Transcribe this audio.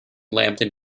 lambton